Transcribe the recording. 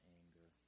anger